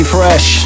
Fresh